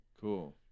Cool